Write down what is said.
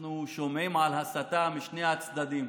אנחנו שומעים על הסתה משני הצדדים,